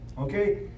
okay